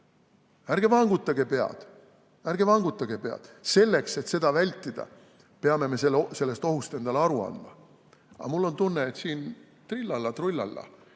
Ärge vangutage pead, ärge vangutage pead! Selleks, et seda vältida, peame me sellest ohust endale aru andma. Aga mul on tunne, et siin [arvatakse]: